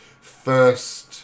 first